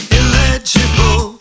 illegible